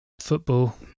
football